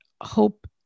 hope